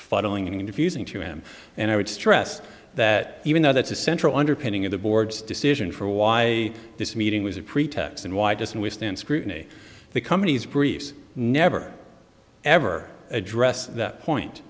filing in diffusing to him and i would stress that even though that's a central underpinning of the board's decision for why this meeting was a pretext and why didn't we stand scrutiny the company's briefs never ever addressed that point